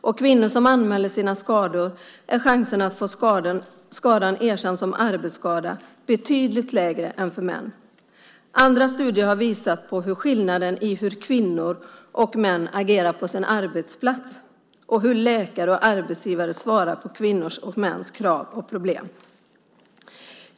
För kvinnor som anmäler sina skador är chanserna att få skadan erkänd som arbetsskada betydligt lägre än för män. Andra studier har visat skillnaden i hur kvinnor och män agerar på sin arbetsplats och hur läkare och arbetsgivare svarar på kvinnors och mäns krav och problem.